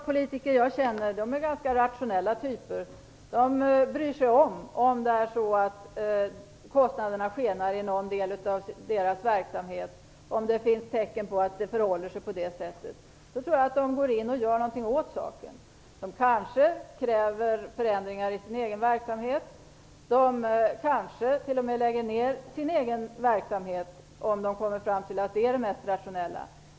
Fru talman! De kommunalpolitiker som jag känner är ganska rationella. De reagerar om det skulle finnas tecken på att kostnaderna skulle skena i någon del av deras verksamheter. Jag tror också att de då gör något åt saken. De kanske kräver förändringar i den egna verksamheten eller lägger kanske t.o.m. ned denna, om de kommer fram till att det är det mest rationella.